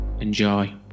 enjoy